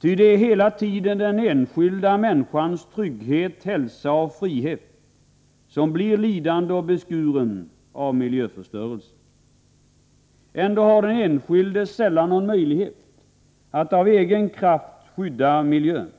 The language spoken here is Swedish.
Ty det är hela tiden den enskilda människans trygget, hälsa och frihet som blir lidande och beskuren av miljöförstörelsen. Ändå har den enskilde sällan någon möjlighet att av egen kraft skydda miljön.